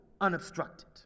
unobstructed